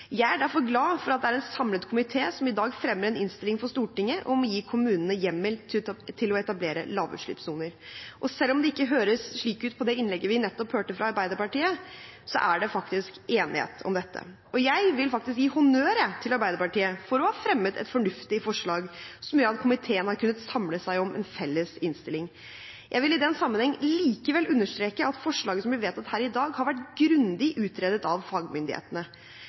Jeg er derfor glad for at det er en samlet komité som i dag fremmer en innstilling for Stortinget om å gi kommunene hjemmel til å etablere lavutslippssoner. Selv om det ikke hørtes slik ut på det innlegget vi nettopp hørte fra Arbeiderpartiet, er det faktisk enighet om dette. Jeg vil faktisk gi honnør, jeg, til Arbeiderpartiet for å ha fremmet et fornuftig forslag, som gjør at komiteen har kunnet samle seg om en felles innstilling. Jeg vil i den sammenheng likevel understreke at forslaget som blir vedtatt her i dag, har vært grundig utredet av fagmyndighetene.